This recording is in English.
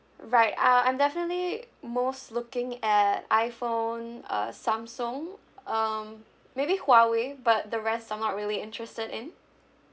right uh I'm definitely most looking at iphone uh samsung um maybe huawei but the rest I'm not really interested in